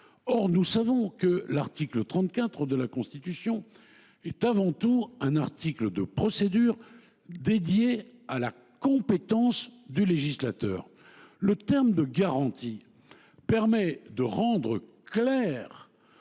Or nous savons que l’article 34 de la Constitution est avant tout un article de procédure, consacré à la compétence du législateur. Le terme « garantie » permet de rendre clair